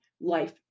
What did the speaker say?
life